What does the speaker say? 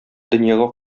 дөньяга